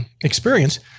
experience